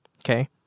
okay